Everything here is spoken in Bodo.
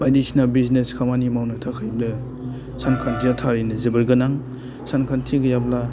बायदिसिना बिजनेस खामानि मावनो थाखायबो सानखान्थिया थारैनो जोबोर गोनां सानखान्थि गैयाब्ला